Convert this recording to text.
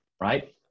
Right